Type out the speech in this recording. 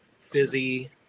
fizzy